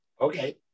Okay